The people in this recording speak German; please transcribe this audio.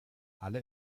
alle